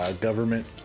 Government